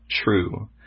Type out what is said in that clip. true